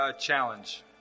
challenge